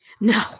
No